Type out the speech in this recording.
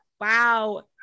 Wow